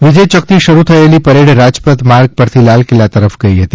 વિજય ચોકથી શરૂ થયેલી પરેડ રાજપથ માર્ગ પરથી લાલ કિલ્લા તરફ ગઇ હતી